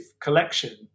collection